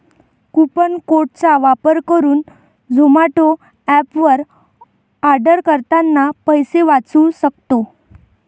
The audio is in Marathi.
कुपन कोड चा वापर करुन झोमाटो एप वर आर्डर करतांना पैसे वाचउ सक्तो